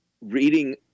reading